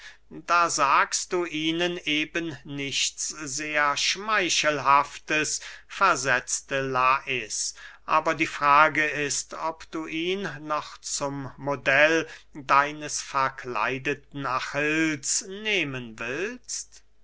da sagst du ihnen eben nichts sehr schmeichelhaftes versetzte lais aber die frage ist ob du ihn noch zum modell deines verkleideten achills nehmen willst